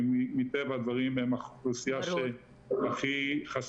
כי מטבע הדברים הם אוכלוסייה שחשופה,